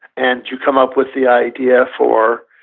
and you come up with the idea for